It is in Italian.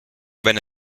venne